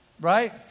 Right